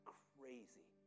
crazy